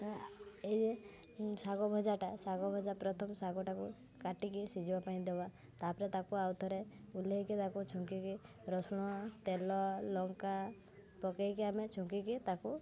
ତ ଏଇ ଶାଗ ଭଜାଟା ଶାଗ ଭଜା ପ୍ରଥମେ ଶାଗଟାକୁ କାଟିକି ସିଝିବା ପାଇଁ ଦେବା ତା'ପରେ ତାକୁ ଆଉଥରେ ଓହ୍ଲେଇକି ତାକୁ ଛୁଙ୍କିକି ରସୁଣ ତେଲ ଲଙ୍କା ପକେଇକି ଆମେ ଛୁଙ୍କିକି ତାକୁ